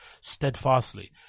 steadfastly